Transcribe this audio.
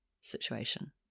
situation